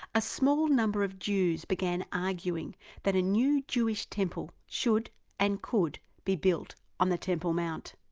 a small number of jews began arguing that a new jewish temple should and could be built on the temple mount.